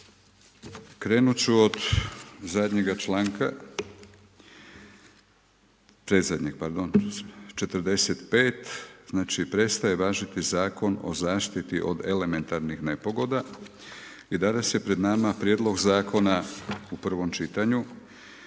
krenut ću od zadnjega članka, predzadnjeg pardon, 45. Znači, prestaje važiti Zakon o zaštiti od elementarnih nepogoda i danas je pred nama Prijedlog Zakona u prvom čitanju